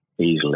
Easily